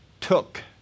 took